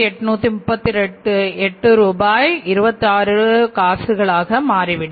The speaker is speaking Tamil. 26 ரூபாயாக மாறிவிடும்